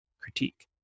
critique